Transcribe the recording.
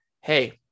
Hey